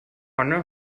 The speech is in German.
anna